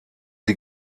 sie